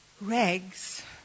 rags